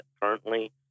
Currently